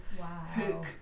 hook